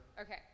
Okay